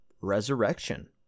resurrection